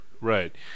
right